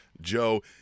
Joe